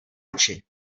oči